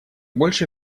больше